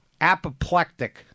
apoplectic